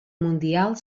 mundial